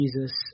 Jesus